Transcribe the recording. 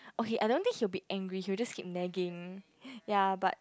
okay I don't think he will be angry he will just keep nagging ya